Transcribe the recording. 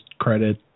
credit